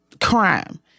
crime